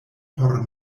por